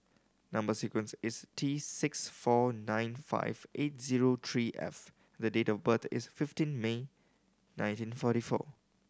number sequence is T six four nine five eight zero three F the date of birth is fifteen May nineteen forty four